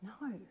no